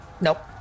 Nope